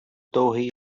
довгий